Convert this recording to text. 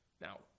Now